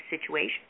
situation